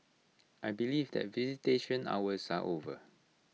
I believe that visitation hours are over